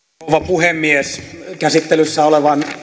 rouva puhemies käsittelyssä olevan